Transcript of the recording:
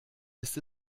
ist